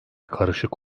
karışık